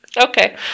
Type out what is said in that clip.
Okay